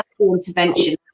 intervention